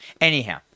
anyhow